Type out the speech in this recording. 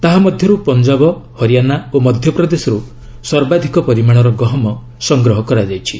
ତାହାମଧ୍ୟରୁ ପଞ୍ଜାବ ହରିୟାଣା ଓ ମଧ୍ୟପ୍ରଦେଶର୍ ସର୍ବାଧିକ ପରିମାଣର ଗହମ ସଂଗ୍ରହ କରାଯାଇଛି